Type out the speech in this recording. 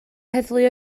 heddlu